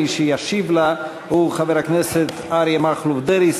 מי שישיב לה הוא חבר הכנסת אריה מכלוף דרעי,